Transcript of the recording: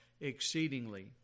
exceedingly